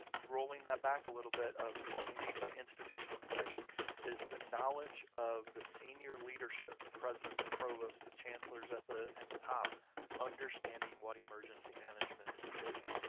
rolling that back a little bit of what we mean by institutional commitment is the knowledge of the senior leadership, the president, the provost, the chancellors at the at the top understanding what emergency management is,